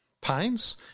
pines